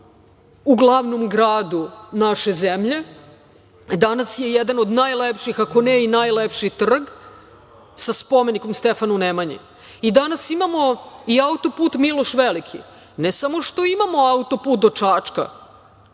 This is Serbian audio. u glavnom gradu naše zemlje, danas je jedan od najlepših, ako ne i najlepši trg sa spomenikom Stefanu Nemanji. Danas imamo i auto-put „Miloš Veliki“. Ne samo što imamo auto-put do Čačka,